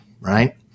right